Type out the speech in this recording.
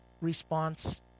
response